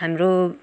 हाम्रो